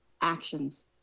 actions